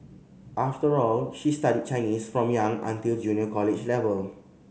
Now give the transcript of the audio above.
after all she studied Chinese from young until junior college level